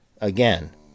again